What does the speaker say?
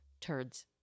turds